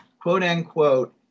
quote-unquote